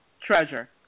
Treasure